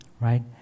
right